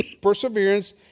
perseverance